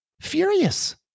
furious